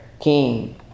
king